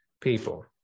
people